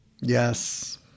Yes